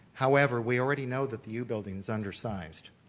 however, we already know that the u building is undersized.